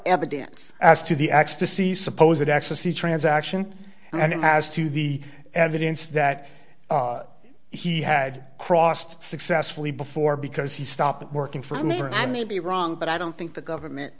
evidence as to the acts to see suppose it access the transaction and as to the evidence that he had crossed successfully before because he stopped working for me i may be wrong but i don't think the government